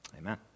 Amen